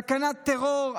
סכנת טרור,